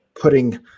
putting –